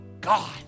God